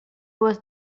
was